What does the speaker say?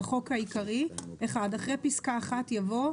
לחוק העיקרי, אחרי פסקה (1) יבוא: